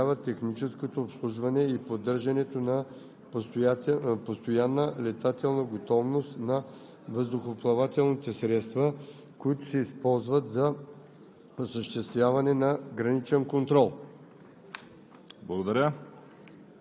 създава изречение трето: „Главна дирекция „Гранична полиция“ осигурява техническото обслужване и поддържането на постоянна летателна готовност на въздухоплавателните средства, които се използват за осъществяване на